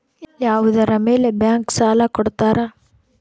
ಯಾವುದರ ಮೇಲೆ ಬ್ಯಾಂಕ್ ಸಾಲ ಕೊಡ್ತಾರ?